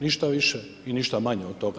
Ništa više i ništa manje od toga.